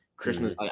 Christmas